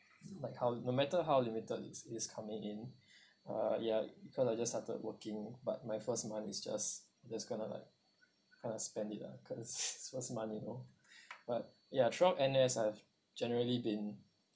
like how no matter how limited it's it's coming in uh ya because I just started working but my first month is just there's kind of like kind of spend it lah cause it's first month you know but ya throughout N_S I've generally been